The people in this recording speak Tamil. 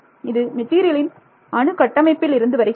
இது மெட்டீரியலின் அணு கட்டமைப்பில் இருந்து வருகிறது